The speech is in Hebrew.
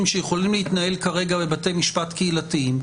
שיכולים להתנהל כרגע בבתי משפט קהילתיים,